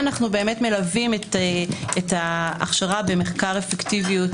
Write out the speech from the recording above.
אנו מלווים את ההכשרה במחקר אפקטיביות